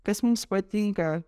kas mums patinka